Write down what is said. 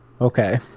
Okay